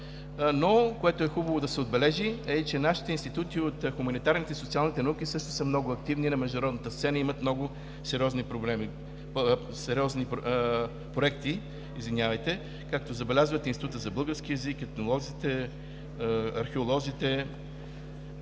и с Русия. Хубаво е да се отбележи, че нашите институти от хуманитарните и социалните науки също са много активни. На международната сцена имат много сериозни проекти, както забелязвате – Институтът за български език, етнолозите, археолозите